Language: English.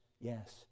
yes